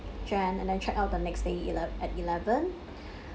jan and then check out the next day ele~ at eleven